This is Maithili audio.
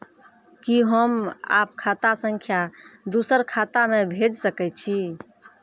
कि होम आप खाता सं दूसर खाता मे भेज सकै छी?